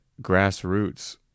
grassroots